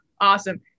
awesome